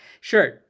sure